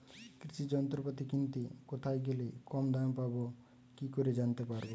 কৃষি যন্ত্রপাতি কিনতে কোথায় গেলে কম দামে পাব কি করে জানতে পারব?